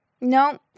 No